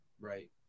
Right